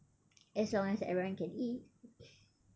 as long as everyone can eat